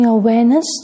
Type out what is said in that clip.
awareness